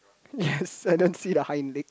yes I didn't see the hind leg